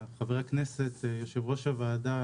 חבר הכנסת יושב-ראש הוועדה,